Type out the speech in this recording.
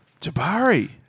Jabari